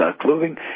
clothing